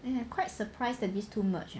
eh I quite surprised that this two merge leh